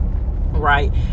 Right